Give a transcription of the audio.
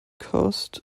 cost